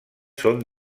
són